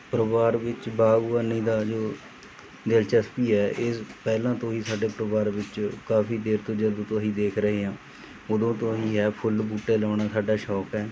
ਪਰਿਵਾਰ ਵਿੱਚ ਬਾਗਬਾਨੀ ਦਾ ਜੋ ਦਿਲਚਸਪੀ ਹੈ ਇਹ ਪਹਿਲਾਂ ਤੋਂ ਹੀ ਸਾਡੇ ਪਰਿਵਾਰ ਵਿੱਚ ਕਾਫੀ ਦੇਰ ਤੋਂ ਜਦੋਂ ਤੋਂ ਅਸੀਂ ਦੇਖ ਰਹੇ ਹਾਂ ਉਦੋਂ ਤੋਂ ਹੀ ਹੈ ਫੁੱਲ ਬੂਟੇ ਲਾਉਣਾ ਸਾਡਾ ਸ਼ੌਂਕ ਹੈ